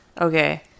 Okay